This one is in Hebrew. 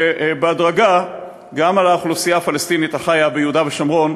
ובהדרגה גם על האוכלוסייה הפלסטינית החיה ביהודה ושומרון,